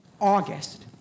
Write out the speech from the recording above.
August